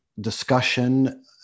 discussion